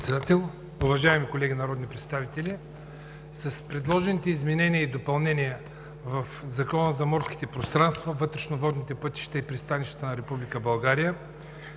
Председател. Уважаеми колеги народни представители! С предложените изменения и допълнения в Закона за морските пространства, вътрешните водни пътища и пристанищата на Република